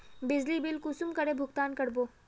बिजली बिल कुंसम करे भुगतान कर बो?